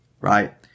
Right